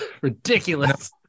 ridiculous